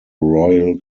royal